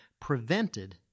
prevented